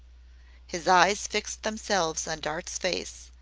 his eyes fixed themselves on dart's face,